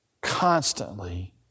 constantly